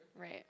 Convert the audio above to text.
Right